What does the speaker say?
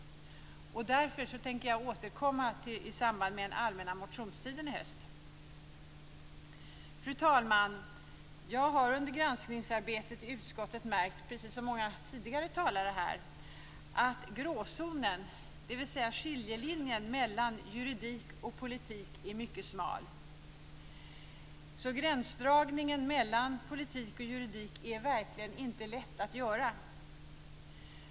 Därför tänker jag återkomma i samband med den allmänna motionstiden i höst. Fru talman! Jag har under granskningsarbetet i utskottet märkt, precis som många tidigare talare, att gråzonen, dvs. skiljelinjen mellan juridik och politik, är mycket smal. Gränsdragningen mellan politik och juridik är verkligen inte lätt att göra.